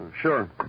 Sure